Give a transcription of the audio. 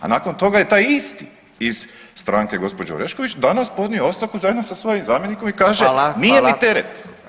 A nakon toga je taj isti iz stranke gospođe Orešković danas podnio ostavku zajedno sa svojim zamjenikom i kaže nije mi teret.